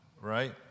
right